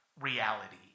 reality